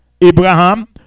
Abraham